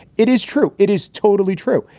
it is true. it is totally true.